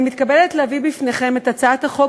אני מתכבדת להביא בפניכם את הצעת חוק